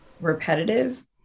repetitive